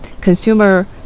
consumer